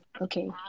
Okay